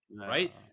right